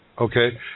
Okay